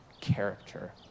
character